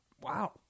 Wow